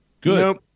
good